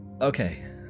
Okay